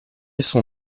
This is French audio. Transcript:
son